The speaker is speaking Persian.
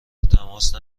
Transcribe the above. تماس